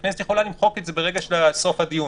הכנסת יכולה למחוק את זה ברגע של סוף הדיון.